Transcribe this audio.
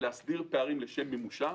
ולהסדיר פערים לשם מימושה,